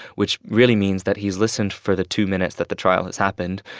which really means that he's listened for the two minutes that the trial has happened,